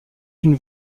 une